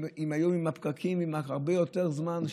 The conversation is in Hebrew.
היום עם הפקקים זה הרבה יותר זמן,